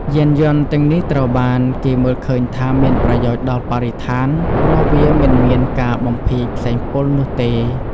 យានយន្តទាំងនេះត្រូវបានគេមើលឃើញថាមានប្រយោជន៍ដល់បរិស្ថានព្រោះវាមិនមានការបំភាយផ្សែងពុលនោះទេ។